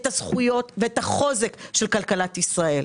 את הזכויות ואת החוזק של כלכלת ישראל.